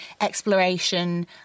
exploration